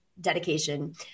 Dedication